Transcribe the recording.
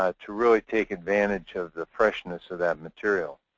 ah to really take advantage of the freshness of that material.